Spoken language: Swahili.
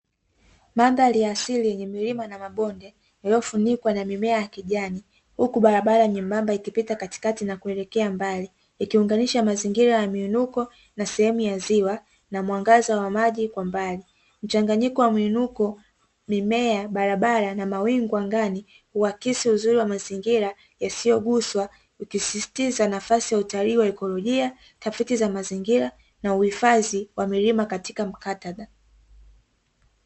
Madhari ya asili yenye milima na mabonde yaliyofunikwa na mimea ya kijani, huku barabara nyembamba ikipita katikati na kuelekea mbali ikiunganisha mazingira yameinuko na sehemu ya ziwa na mwangaza wa maji kwa mbali mchanganyiko wa miinuko ,mimea ,barabara na mawingu angani uhakisi uzuri wa mazingira yasiyoguswa ukisisitiza nafasi ya utalii wa ekolojia tafiti za mazingira na uhifadhi wa milima katika mkataba.